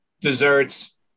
desserts